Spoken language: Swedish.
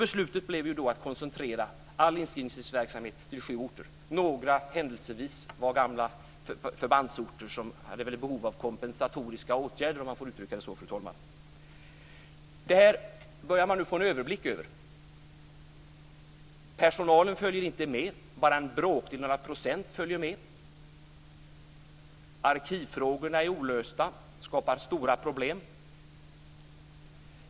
Beslutet blev då att koncentrera all inskrivningsverksamhet till sju orter. Några var händelsevis gamla förbandsorter som hade behov av kompensatoriska åtgärder, om man får uttrycka det så, fru talman. Det här börjar man nu få en överblick över. Personalen följer inte med, bara en bråkdel, några procent, följer med. Arkivfrågorna är olösta och skapar stora problem.